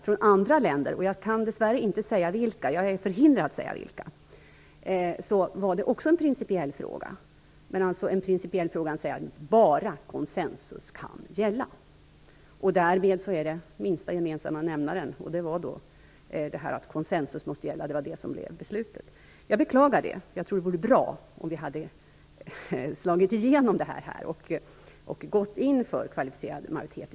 För andra länder - jag är dess värre förhindrad att säga vilka - var det också en principiell fråga men som bara handlade om ifall konsensus kunde gälla. Därmed blev den minsta gemensamma nämnaren att konsensus måste gälla, vilket också blev beslutet. Jag beklagar detta, därför att jag tror att det hade varit bra om vi i stället hade gått in för kvalificerad majoritet.